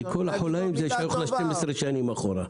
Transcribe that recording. כי כל החוליים, זה שייך ל-12 שנים אחורה.